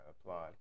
applaud